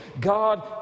God